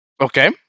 Okay